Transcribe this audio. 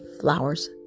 flowers